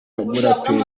n’umuraperi